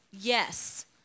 Yes